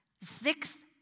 Sixth